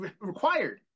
Required